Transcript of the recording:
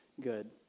good